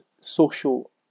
social